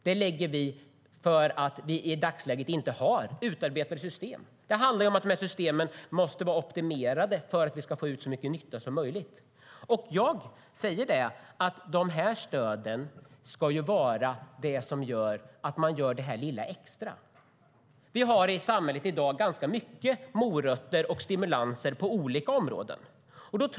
Det föreslår vi för att vi i dagsläget inte har utarbetade system. Det handlar om att systemen måste vara optimerade för att vi ska få ut så mycket nytta som möjligt. Stöden ska vara det som gör att man gör det lilla extra. Vi har i samhället i dag ganska mycket morötter och stimulanser på olika områden.